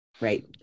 right